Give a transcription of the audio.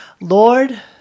Lord